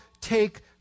take